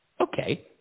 Okay